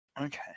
Okay